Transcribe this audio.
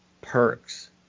perks